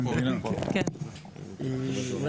מפעל צף.